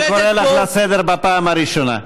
אני קורא אותך לסדר פעם ראשונה.